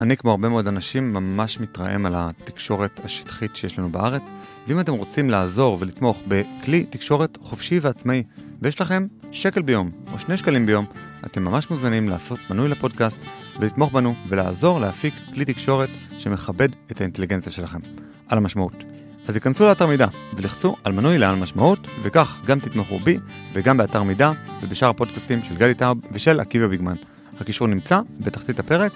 אני כמו הרבה מאוד אנשים ממש מתרעם על התקשורת השטחית שיש לנו בארץ ואם אתם רוצים לעזור ולתמוך בכלי תקשורת חופשי ועצמאי ויש לכם שקל ביום או שני שקלים ביום אתם ממש מוזמנים לעשות מנוי לפודקאסט ולתמוך בנו ולעזור להפיק כלי תקשורת שמכבד את האינטליגנציה שלכם על המשמעות אז היכנסו לאתר מידע ולחצו על מנוי לעל משמעות וכך גם תתמכו בי וגם באתר מידע ובשאר הפודקאסטים של גלי טאוב ושל עקיבא ביגמן הקישור נמצא בתחתית הפרק